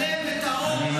שלם וטהור.